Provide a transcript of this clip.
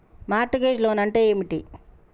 Mart gauge loan అంటే ఏమిటి?